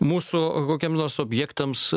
mūsų kokiem nors objektams